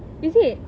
is it